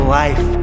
life